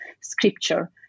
scripture